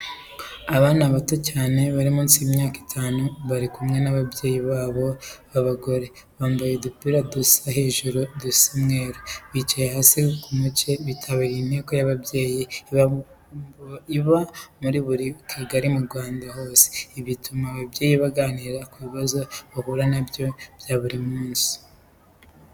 Abana bato cyane bari munsi y'imyaka itanu, bari kumwe n'ababyeyi babo b'abagore, bambaye udupira dusa hejuru dusa umweru, bicaye hasi k'umuce, bitabiriye inteko y'ababyeyi iba muri buri kagari mu Rwanda hose, ibi bituma ababyeyi baganira ku bibazo bahura na byo buri munsi.